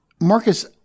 Marcus